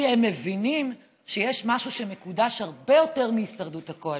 כי הם מבינים שיש משהו שמקודש הרבה יותר מהישרדות הקואליציה: